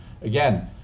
again